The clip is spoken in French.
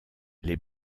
les